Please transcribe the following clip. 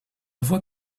voit